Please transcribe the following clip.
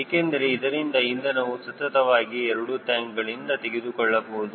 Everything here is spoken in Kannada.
ಏಕೆಂದರೆ ಇದರಿಂದ ಇಂಧನವು ಸತತವಾಗಿ ಎರಡು ಟ್ಯಾಂಕ್ಗಳಿಂದ ತೆಗೆದುಕೊಳ್ಳಬಹುದು